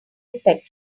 effect